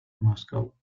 moscow